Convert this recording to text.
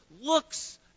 looks